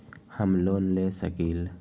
हम लोन ले सकील?